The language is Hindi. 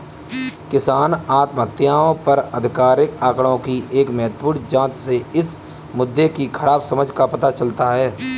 किसान आत्महत्याओं पर आधिकारिक आंकड़ों की एक महत्वपूर्ण जांच से इस मुद्दे की खराब समझ का पता चलता है